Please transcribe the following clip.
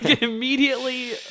immediately